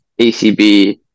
ACB